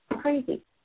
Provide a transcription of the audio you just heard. Crazy